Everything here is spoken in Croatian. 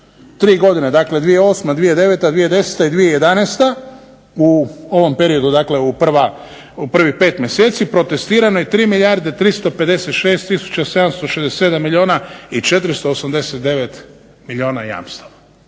3 godine, dakle 2008., 2009., 2010. i 2011. u ovom periodu dakle u prvih 5 mjeseci protestirano je 3 milijarde 356 tisuća 767 milijuna i 489 milijuna jamstava,